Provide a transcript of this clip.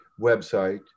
website